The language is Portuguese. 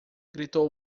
gritou